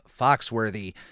Foxworthy